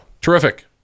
Terrific